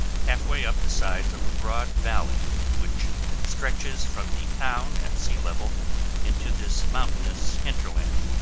half-way up the sides of a broad valley which stretches from the town at sea level into this mountainous hinterland,